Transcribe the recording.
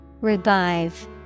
Revive